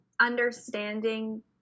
understanding